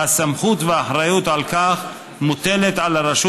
והסמכות והאחריות לכך מוטלות על הרשות